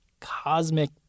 cosmic